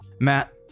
Matt